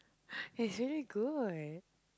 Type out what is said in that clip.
he's really good